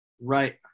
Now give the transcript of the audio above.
Right